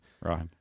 Right